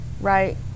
Right